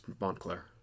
montclair